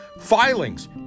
Filings